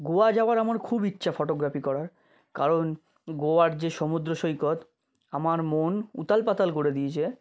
গোয়া যাওয়ার আমার খুব ইচ্ছা ফটোগ্রাফি করার কারণ গোয়ার যে সমুদ্র সৈকত আমার মন উথাল পাতাল করে দিয়েছে